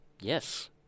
Yes